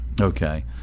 okay